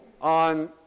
on